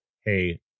hey